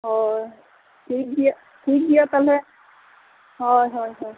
ᱦᱳᱭ ᱴᱷᱤᱠ ᱜᱮᱭᱟ ᱛᱟᱦᱚᱞᱮ ᱦᱳᱭ ᱦᱳᱭ